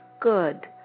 good